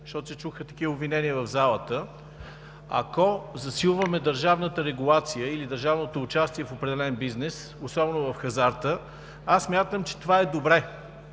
защото се чуха такива обвинения в залата. Ако засилваме държавната регулация или държавното участие в определен бизнес, особено в хазарта, смятам, че това е добре.